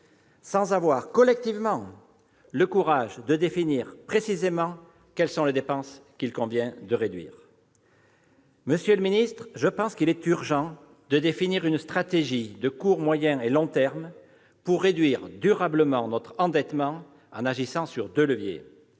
sans avoir collectivement le courage de définir précisément les dépenses qu'il convient de réduire. Monsieur le secrétaire d'État, il me semble urgent de définir une stratégie à court, moyen et long terme pour diminuer durablement notre endettement en agissant sur deux leviers